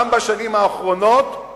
גם בשנים האחרונות,